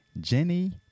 Jenny